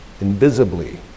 invisibly